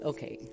Okay